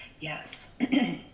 Yes